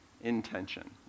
intention